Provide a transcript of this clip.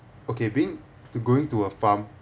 okay being to going to a farm